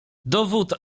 dowód